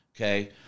Okay